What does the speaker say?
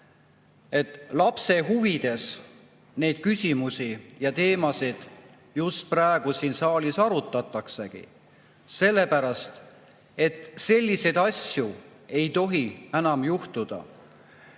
just lapse huvides neid küsimusi ja teemasid praegu siin saalis arutataksegi, sellepärast et selliseid asju ei tohi enam juhtuda.